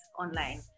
online